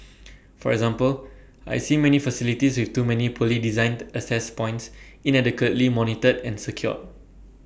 for example I see many facilities with too many poorly designed access points inadequately monitored and secured